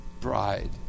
bride